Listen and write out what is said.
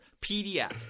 pdf